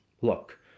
look